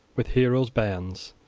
with heroes' bairns,